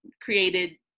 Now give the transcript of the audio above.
created